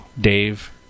Dave